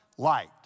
light